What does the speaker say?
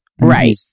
right